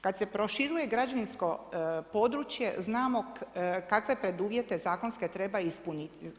Kad se proširuje građevinsko područje znamo kakve preduvjete zakonske treba ispuniti.